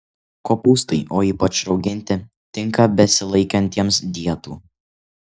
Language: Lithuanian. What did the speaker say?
kopūstai o ypač rauginti tinka besilaikantiems dietų